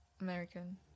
American